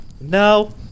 No